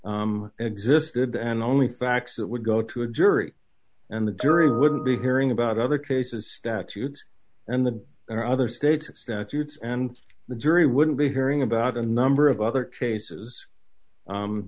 they existed and only facts that would go to a jury and the jury wouldn't be hearing about other cases statutes and the other state statutes and the jury wouldn't be hearing about a number of other cases